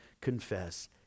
confess